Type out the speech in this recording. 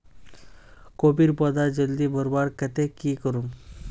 कोबीर पौधा जल्दी बढ़वार केते की करूम?